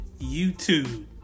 YouTube